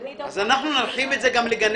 אני ד"ר